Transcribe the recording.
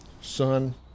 son